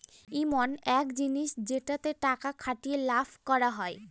ইমন এক জিনিস যেটাতে টাকা খাটিয়ে লাভ করা হয়